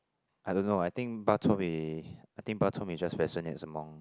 I don't know I think bak chor mee I think bak chor mee just as among